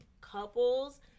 couples